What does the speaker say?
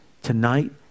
Tonight